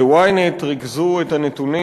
ב-ynet ריכזו את הנתונים.